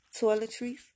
toiletries